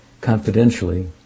confidentially